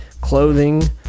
clothing